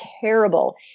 terrible